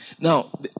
now